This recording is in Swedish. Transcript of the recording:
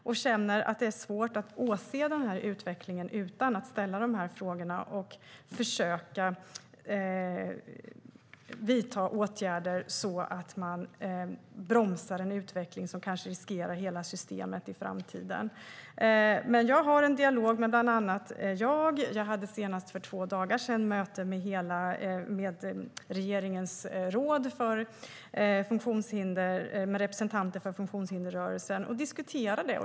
Jag känner att det är svårt att åse den här utvecklingen utan att ställa de här frågorna och försöka vidta åtgärder så att man bromsar en utveckling som kanske riskerar hela systemet i framtiden. Jag har en dialog med bland annat JAG. Jag hade senast för två dagar sedan möte med representanter för funktionshindersrörelsen och diskuterade.